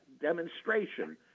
demonstration